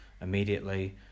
immediately